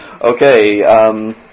Okay